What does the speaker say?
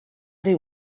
they